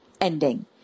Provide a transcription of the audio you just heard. ending